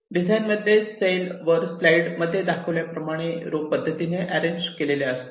design मध्ये cell वर slide मध्ये दाखविल्या प्रमाणे रो पद्धतीने अरेंज केलेल्या असतात